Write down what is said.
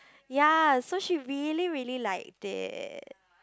ya so she really really liked it